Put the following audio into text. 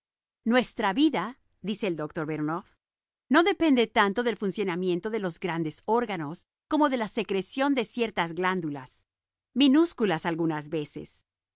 nuestra vida dice el doctor voronof no depende tanto del funcionamiento de los grandes órganos como de la secreción de ciertas glándulas minúsculas algunas veces